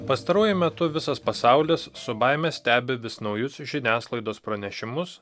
pastaruoju metu visas pasaulis su baime stebi vis naujus žiniasklaidos pranešimus